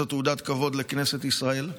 זו תעודת כבוד לכנסת ישראל.